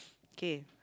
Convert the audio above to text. k